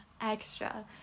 extra